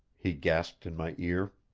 he gasped in my ear.